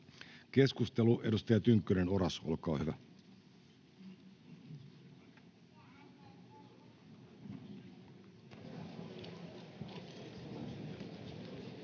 Keskustelu, edustaja Tynkkynen, Oras, olkaa hyvä.